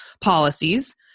policies